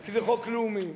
כי זה חוק לאומי,